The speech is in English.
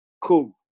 cool